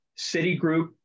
Citigroup